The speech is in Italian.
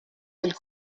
del